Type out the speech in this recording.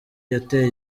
yateye